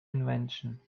invention